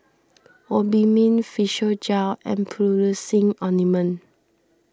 Obimin Physiogel and Ointment